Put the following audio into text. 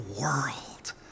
world